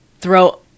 throw